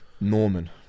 Norman